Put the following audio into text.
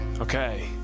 Okay